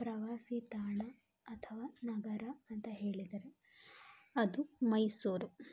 ಪ್ರವಾಸಿ ತಾಣ ಅಥವಾ ನಗರ ಅಂತ ಹೇಳಿದರೆ ಅದು ಮೈಸೂರು